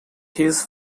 his